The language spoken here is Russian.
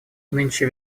нынче